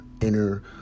inner